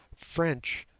french,